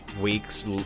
weeks